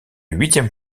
huitième